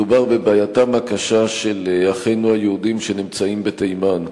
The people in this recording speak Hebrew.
מדובר בבעייתם הקשה של אחינו היהודים שנמצאים בתימן.